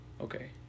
Okay